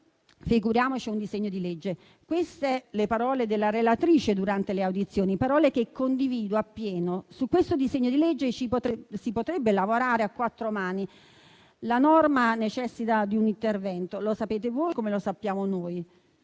figuriamoci un disegno di legge. Queste le parole della relatrice durante le audizioni, parole che condivido appieno. Su questo disegno di legge si potrebbe lavorare a quattro mani. La norma necessita di un intervento: lo sapete voi come lo sappiamo noi.